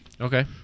Okay